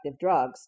drugs